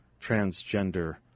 transgender